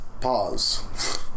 pause